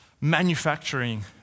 manufacturing